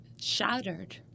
shattered